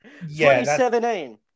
2017